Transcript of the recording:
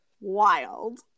wild